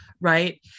Right